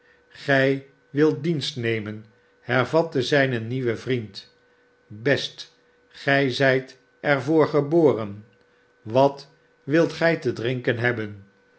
igij wilt dienst nemen hervatte zijn nieuwe vriend best gij zijt er voor geboren wat wilt gij te drinken hebben